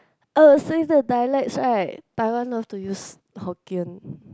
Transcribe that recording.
oh since the dialects right Taiwan love to use Hokkien